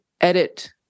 edit